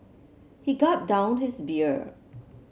he gulped down his beer